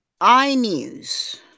iNews